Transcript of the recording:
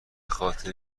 خاطر